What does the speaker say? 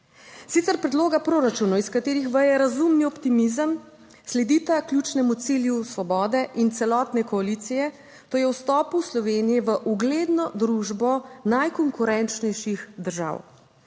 Sicer predloga proračunov, iz katerih veje razumni optimizem, sledita ključnemu cilju Svobode in celotne koalicije, to je vstopu Slovenije v ugledno družbo najkonkurenčnejših držav.